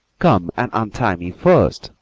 come and untie me first,